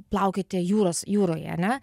plaukioti jūros jūroje ane